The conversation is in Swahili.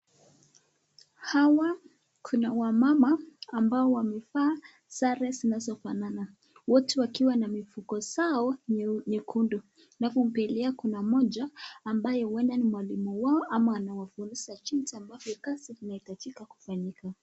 Hawa kuna wamama ambao wamevaa sare zinazofanana wote wakiwa na mifuko zao nyekundu alafu mbele yao kuna mmoja ambaye huenda ni mwalimu wao ama anawafunza jinsi ambavyo kazi inahitajika kufanyika.